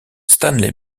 stanley